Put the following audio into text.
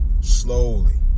slowly